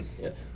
Yes